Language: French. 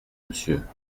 monsieur